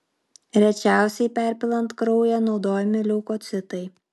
rečiausiai perpilant kraują naudojami leukocitai